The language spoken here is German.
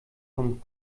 vom